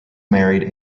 married